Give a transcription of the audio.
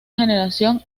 generación